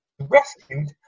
Rescued